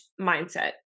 mindset